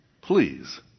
Please